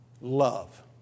love